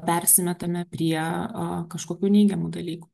persimetame prie kažkokių neigiamų dalykų